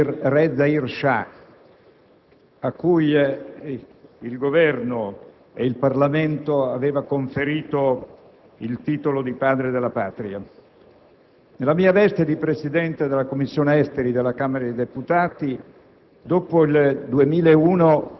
lunedì scorso, sua maestà re Zahir Shah, cui il Governo ed il Parlamento avevano conferito il titolo di "padre della patria".